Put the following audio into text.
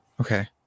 Okay